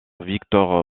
victor